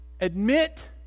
admit